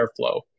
airflow